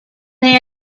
they